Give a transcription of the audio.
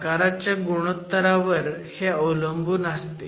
आकाराच्या गुणोत्तरावर हे अवलंबून असते